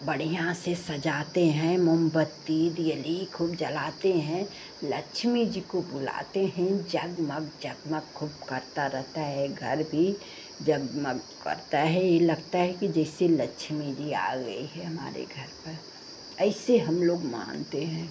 बढ़ियाँ से सजाते हैं मोमबत्ती दीयली खूब जलाते हैं लक्ष्मी जी को बुलाते हैं जगमग जगमग खूब करता रहता है घर भी जगमग करता है ऐसा लगता है कि जैसे लक्ष्मी जी आ गई हैं हमारे घर पर ऐसा हमलोग मानते हैं